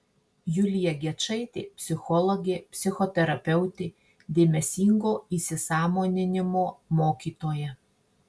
julija gečaitė psichologė psichoterapeutė dėmesingo įsisąmoninimo mokytoja